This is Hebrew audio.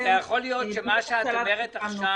--- ויכול להיות שמה שאת אומרת עכשיו